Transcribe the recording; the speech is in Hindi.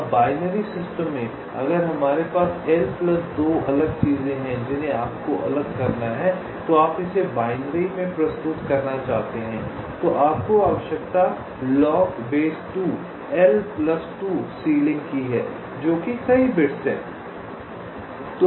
अब बाइनरी सिस्टम में अगर हमारे पास L प्लस 2 अलग चीजें हैं जिन्हें आपको अलग करना है और आप इसे बाइनरी में प्रस्तुत करना चाहते हैं तो आपको आवश्यकता सीलिंग की है जो कि कई बिट्स हैं